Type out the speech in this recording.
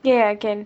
ya can